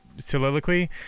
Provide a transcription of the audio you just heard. soliloquy